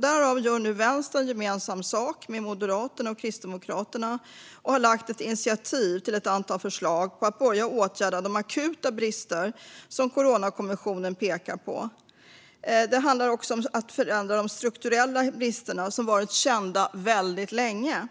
Där gör nu Vänstern gemensam sak med Moderaterna och Kristdemokraterna med ett initiativ som innehåller ett antal förslag som ska börja åtgärda de akuta brister som Coronakommissionen pekar på. Man måste också förändra de strukturella bristerna, som varit kända väldigt länge.